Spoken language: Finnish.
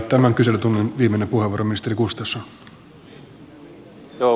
tämän kyselytunnin viimeinen puheenvuoro ministeri gustafsson